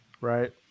right